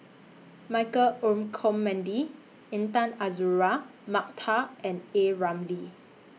Michael Olcomendy Intan Azura Mokhtar and A Ramli